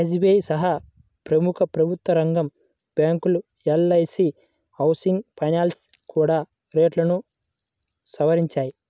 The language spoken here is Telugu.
ఎస్.బీ.ఐ సహా ప్రముఖ ప్రభుత్వరంగ బ్యాంకులు, ఎల్.ఐ.సీ హౌసింగ్ ఫైనాన్స్ కూడా రేట్లను సవరించాయి